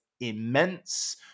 immense